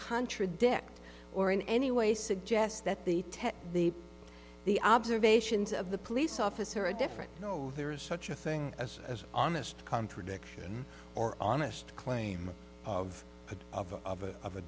contradict or in any way suggest that the tech the the observations of the police officer a different no there is such a thing as as an honest contradiction or honest claim of a of a of a